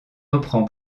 reprend